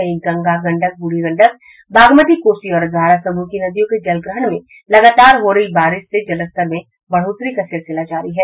वहीं गंगा गंडक ब्रूढ़ी गंडक बागमती कोसी और अधवारा समूह नदियों के जलग्रहण क्षेत्र में लगातार हो रही बारिश से जलस्तर में बढ़ोतरी का सिलसिला जारी है